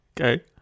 Okay